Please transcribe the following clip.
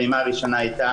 הפעימה הראשונה הייתה